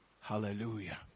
Hallelujah